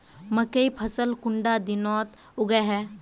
मकई फसल कुंडा दिनोत उगैहे?